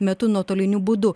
metu nuotoliniu būdu